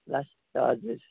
last हजुर